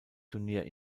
turnier